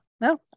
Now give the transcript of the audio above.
No